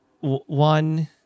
one